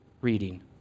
reading